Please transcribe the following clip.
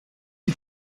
die